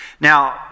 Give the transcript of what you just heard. Now